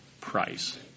price